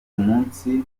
umunsi